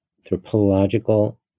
anthropological